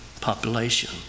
population